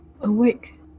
awake